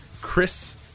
Chris